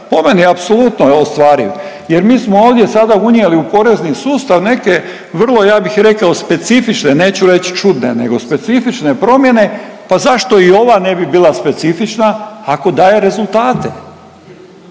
Po meni apsolutno je ostvariv jer mi smo ovdje sada unijeli u porezni sustav neke vrlo ja bih rekao specifične, neću reć čudne nego specifične promjene pa zašto i ova ne bi bila specifična ako daje rezultate.